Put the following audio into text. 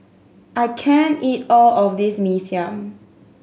I can't eat all of this Mee Siam